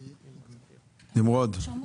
תודה.